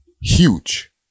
huge